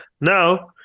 Now